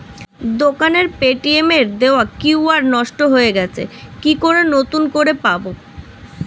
দোকানের পেটিএম এর দেওয়া কিউ.আর নষ্ট হয়ে গেছে কি করে নতুন করে পাবো?